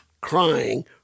crying